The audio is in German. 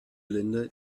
länder